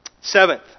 Seventh